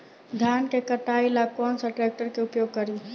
धान के कटाई ला कौन सा ट्रैक्टर के उपयोग करी?